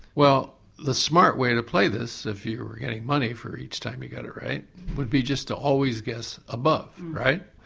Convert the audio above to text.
well the smart way to play this if you were getting money for each time you got it right would be to always guess above, right?